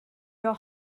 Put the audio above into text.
your